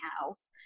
house